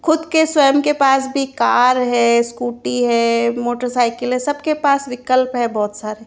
खुद के स्वयं के पास भी कार हैं स्कूटी हैं मोटरसाइकिल हैं सबके पास विकल्प हैं बहुत सारे